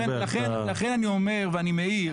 לכן אני אומר ואני מעיר